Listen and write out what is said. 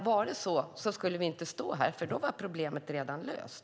Om det vore så skulle vi inte stå här, för då skulle problemet redan vara löst.